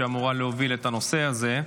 שאמורה להוביל את הנושא הזה.